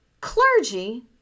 clergy